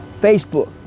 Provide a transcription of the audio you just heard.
Facebook